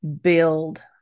build